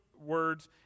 words